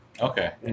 okay